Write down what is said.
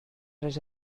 res